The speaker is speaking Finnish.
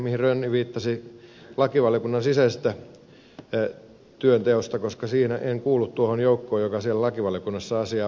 rönni viittasi lakivaliokunnan sisäiseen työntekoon koska en kuulu tuohon joukkoon joka lakivaliokunnassa asiaa pohti